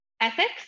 Ethics